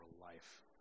life